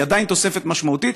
היא עדיין תוספת משמעותית.